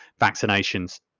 vaccinations